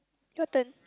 your turn